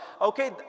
Okay